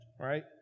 right